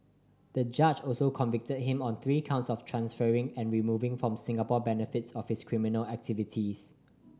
the judge also convicted him on three counts of transferring and removing from Singapore benefits of his criminal activities